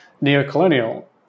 neo-colonial